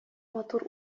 матур